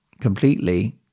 completely